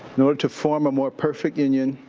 in order to form a more perfect union,